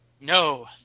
no